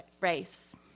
Race